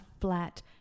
flat